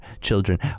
children